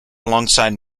alongside